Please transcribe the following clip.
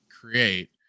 create